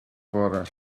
bore